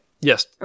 Yes